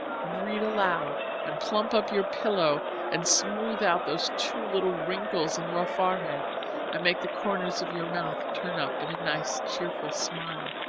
and read aloud and plump up your pillow and smooth out those two little wrinkles in your forehead and make the corners of your mouth turn up in a nice cheerful smile.